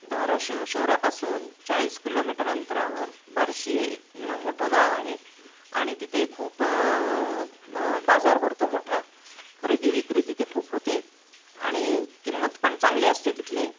धाराशिव शहरापासून चाळीस किलोमीटर अंतरावर बार्शी हे मोठं गाव आहे आणि तिथे खूप बाजार भरतो मोठा खरेदी विक्री तिथे खूप होते आणि किंमत पण चांगली असते तिथली